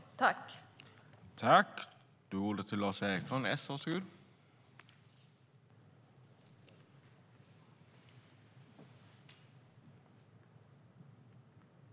I detta anförande instämde Ola Johansson .